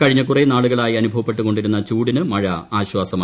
കഴിഞ്ഞ കുറെ നാളുകളായി അനുഭവപ്പെട്ടുകൊണ്ടിരുന്ന ചൂടിന് മഴ ആശ്വാസമായി